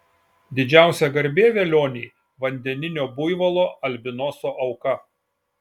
didžiausia garbė velioniui vandeninio buivolo albinoso auka